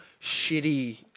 Shitty